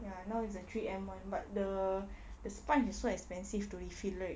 ya now is the three M [one] but the the sponge is so expensive to refill right